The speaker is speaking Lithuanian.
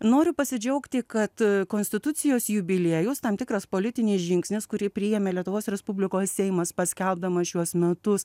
noriu pasidžiaugti kad konstitucijos jubiliejus tam tikras politinis žingsnis kurį priėmė lietuvos respublikos seimas paskelbdamas šiuos metus